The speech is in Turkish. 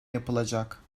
yapılacak